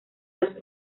los